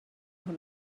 nhw